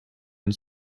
and